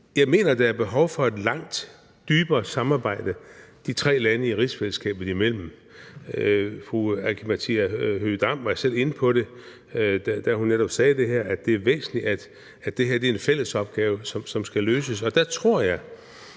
Jeg mener, at der er behov for et langt dybere samarbejde de tre lande i rigsfællesskabet imellem. Fru Aki-Matilda Høegh-Dam var selv inde på det, da hun netop sagde, at det er væsentligt, at det her er en fælles opgave, som skal løses. Der tror jeg,